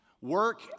Work